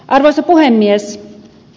arvoisa puhemies